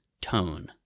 tone